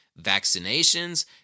vaccinations